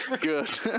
good